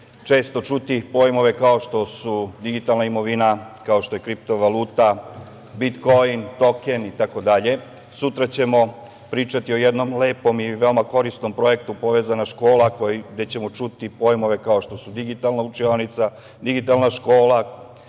često čuti pojmove kao što su digitalna imovina, kao što je kriptovaluta, bitkoin, token, itd. Sutra ćemo pričati o jednom lepom i veoma korisnom projektu „Povezana škola“ gde ćemo čuti pojmove kao što su digitalna učionica, digitalna škola,